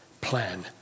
plan